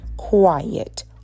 quiet